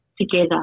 together